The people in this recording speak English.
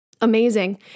amazing